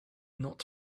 not